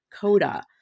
coda